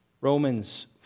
Romans